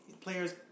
players